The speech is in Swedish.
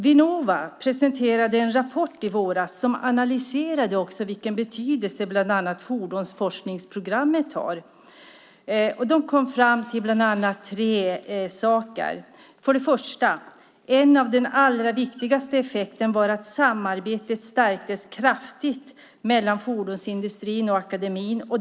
Vinnova presenterade en rapport i våras som analyserade vilken betydelse bland annat fordonsforskningsprogrammet har. De kom fram till bland annat tre saker. För det första var en av de allra viktigaste effekterna att samarbetet stärktes kraftigt mellan fordonsindustrin och akademin.